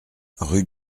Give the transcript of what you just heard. rue